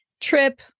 trip